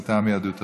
מטעם יהדות התורה.